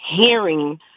hearing